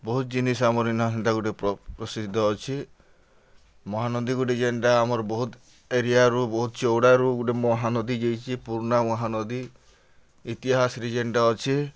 ବହୁତ୍ ଜିନିଷ୍ ଆମର୍ ଇନ ହେନ୍ତା ଗୋଟେ ପ୍ରସିଦ୍ଧ ଅଛେ ମହାନଦୀ ଗୋଟେ ଯେନ୍ଟା ଆମର୍ ବହୁତ୍ ଏରିଆରୁ ବହୁତ୍ ଚଉଡ଼ାରୁ ଗୋଟେ ମହାନଦୀ ଯାଇଛେ ପୁରୁଣା ମହାନଦୀ ଇତିହାସ୍ରେ ଯେନ୍ଟା ଅଛେ